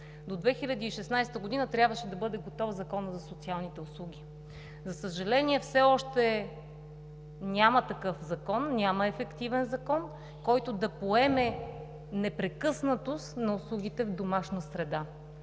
до 2016 г. трябваше да бъде готов Законът за социалните услуги. За съжаление, все още няма такъв закон, няма ефективен закон, който да поеме непрекъснатост на услугите в домашна среда.